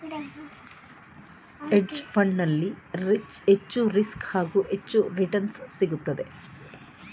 hedge fund ನಲ್ಲಿ ಹೆಚ್ಚು risk, ಹಾಗೂ ಹೆಚ್ಚು ರಿಟರ್ನ್ಸ್ ಸಿಗುತ್ತದೆ